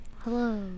hello